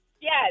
Yes